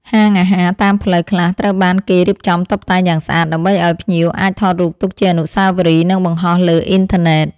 ហាងអាហារតាមផ្លូវខ្លះត្រូវបានគេរៀបចំតុបតែងយ៉ាងស្អាត ដើម្បីឱ្យភ្ញៀវអាចថតរូបទុកជាអនុស្សាវរីយ៍និងបង្ហោះលើអ៊ីនធឺណិត។